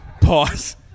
pause